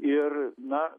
ir na